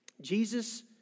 Jesus